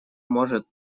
может